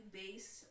base